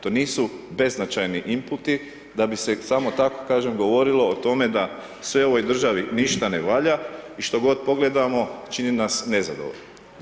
To nisu beznačajni inputi da bi se samo tako, kažem, govorilo o tome da sve u ovoj državi ništa ne valja i što god pogledamo čini nas nezadovoljnima.